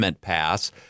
pass